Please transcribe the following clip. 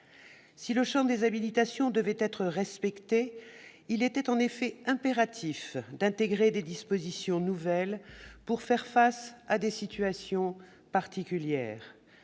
Si le champ des habilitations devait être respecté, il était en effet impératif d'intégrer des dispositions nouvelles pour faire face à des situations particulières.